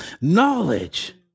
knowledge